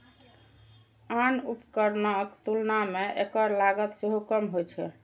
आन उपकरणक तुलना मे एकर लागत सेहो कम होइ छै